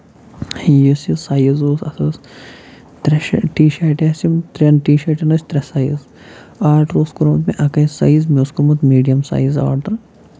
یُس یہِ سایِز اوس اَتھ اوس ترٛےٚ شارٹہٕ ٹی شارٹہِ آسہٕ یِم ترین ٹی شارٹن ٲسۍ ترٛےٚ سایِز آرڈر اوس کوٚرمُت مےٚ اَکٕے سایِز مےٚ اوس کوٚرمُت میٖڈیَم سایِز آرڈر